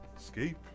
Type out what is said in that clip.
escape